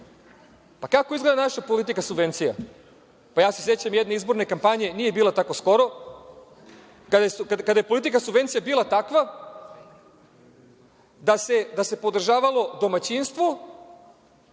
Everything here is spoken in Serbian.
Pa, kako izgleda naša politika subvencija? Ja se sećam jedne izborne kampanje, nije bila tako skoro, kada je politika subvencija bila takva da se podržavalo domaćinstvo,